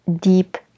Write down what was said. deep